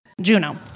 Juno